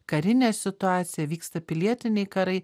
karinė situacija vyksta pilietiniai karai